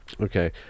okay